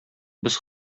без